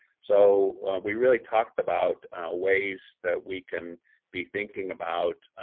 so we really talked about ways that we can be thinking about,